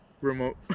Remote